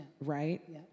right